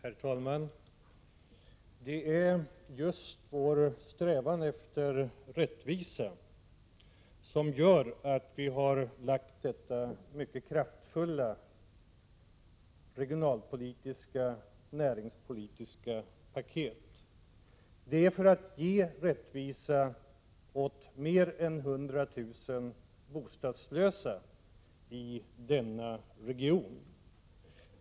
Herr talman! Det är just vår strävan efter rättvisa som har fått oss att lägga fram förslag om detta mycket kraftfulla regionalpolitiska näringspolitiska paket. Det är för att ge rättvisa åt mer än 100 000 bostadslösa i denna region.